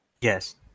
Yes